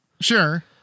sure